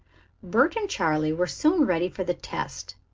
bert and charley were soon ready for the test,